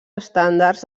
estàndards